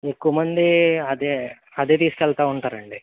ఎక్కువ మంది అదే అదే తీసుకు వెళ్తా ఉంటారు అండి